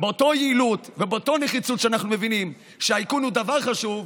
באותה יעילות ובאותה נחיצות שאנחנו מבינים שהאיכון הוא דבר חשוב,